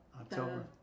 October